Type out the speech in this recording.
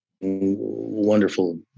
wonderful